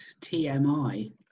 TMI